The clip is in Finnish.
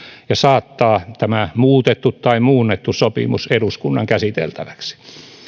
ja saattaa tämä muutettu tai muunnettu sopimus eduskunnan käsiteltäväksi